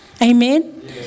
Amen